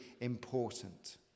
important